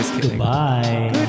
Goodbye